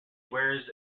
wears